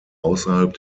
außerhalb